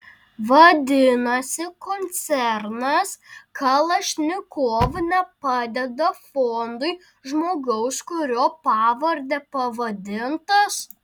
vadinasi koncernas kalašnikov nepadeda fondui žmogaus kurio pavarde pavadintas